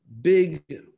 Big